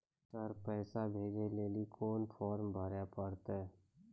Sir पैसा भेजै लेली कोन फॉर्म भरे परतै?